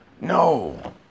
No